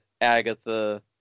Agatha